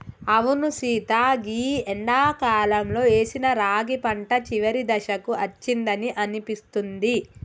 అవును సీత గీ ఎండాకాలంలో ఏసిన రాగి పంట చివరి దశకు అచ్చిందని అనిపిస్తుంది